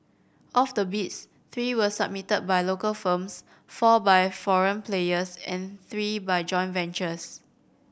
of the bids three were submitted by local firms four by foreign players and three by joint ventures